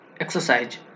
exercise